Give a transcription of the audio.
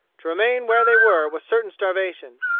to remain where they were was certain starvation.